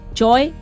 joy